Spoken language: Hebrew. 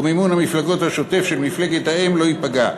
ומימון המפלגות השוטף של המפלגה האם לא ייפגע.